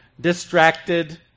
distracted